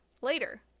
later